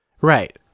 Right